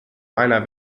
einer